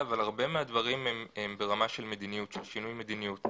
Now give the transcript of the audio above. והרבה מהדברים הם ברמה של שינוי מדיניות.